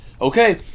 okay